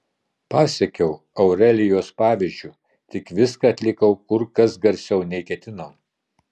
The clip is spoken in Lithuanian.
pasekiau aurelijos pavyzdžiu tik viską atlikau kur kas garsiau nei ketinau